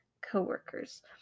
coworkers